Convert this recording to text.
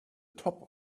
top